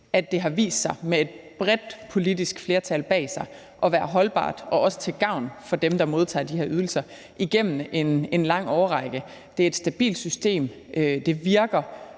at det har vist sig med et bredt politisk flertal bag sig at være holdbart og også til gavn for dem, der modtager de her ydelser, igennem en lang årrække. Det er et stabilt system; det virker;